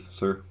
sir